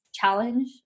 challenge